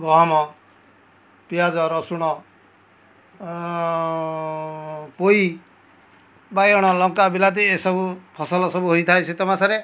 ଗହମ ପିଆଜ ରସୂଣ ପୋଇ ବାଇଗଣ ଲଙ୍କା ବିଲାତି ଏସବୁ ଫସଲ ସବୁ ହେଇଥାଏ ଶୀତ ମାସରେ